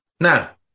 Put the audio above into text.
Now